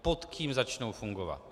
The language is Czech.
Pod kým začnou fungovat?